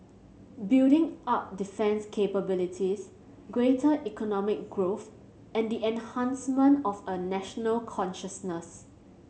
building up defence capabilities greater economic growth and the enhancement of a national consciousness